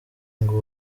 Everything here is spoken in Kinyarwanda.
ngo